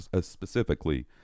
specifically